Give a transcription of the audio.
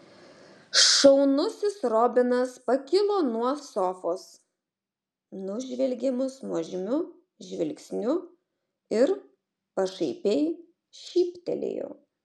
šaunusis robinas pakilo nuo sofos nužvelgė mus nuožmiu žvilgsniu ir pašaipiai šyptelėjo